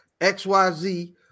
XYZ